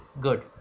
good